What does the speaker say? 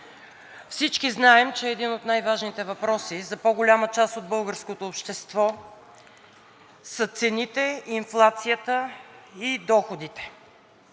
Всички знаем, че един от най-важните въпроси за по-голяма част от българското обществото са цените, инфлацията и доходите.